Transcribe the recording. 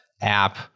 app